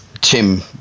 Tim